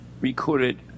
recorded